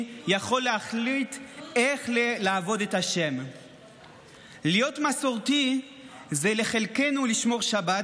יכול להחליט איך לעבוד את ה'; להיות מסורתי זה לחלקנו לשמור שבת,